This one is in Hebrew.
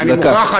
אני מוכרח.